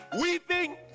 Weeping